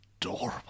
adorable